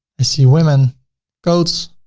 i see women coats